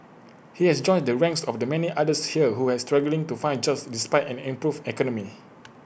he has joined the ranks of the many others here who are struggling to find jobs despite an improved economy